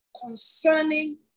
concerning